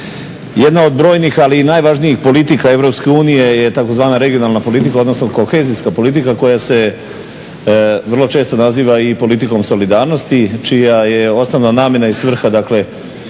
Jedna od brojnih, ali i najvažnijih politika EU je takozvana regionalna politika, odnosno kohezijska politika koja se vrlo često naziva i politikom solidarnosti, čija je osnovna namjena i svrha, dakle